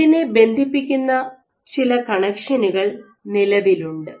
ഇതിനെ ബന്ധിപ്പിക്കുന്ന ചില കണക്ഷനുകൾ നിലവിലുണ്ട്